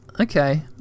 Okay